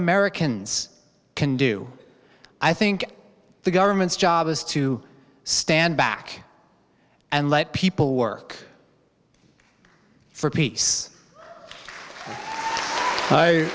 americans can do i think the government's job is to stand back and let people work for